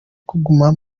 kuguma